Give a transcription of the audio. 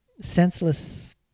senseless